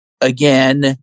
again